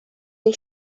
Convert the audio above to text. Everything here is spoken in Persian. این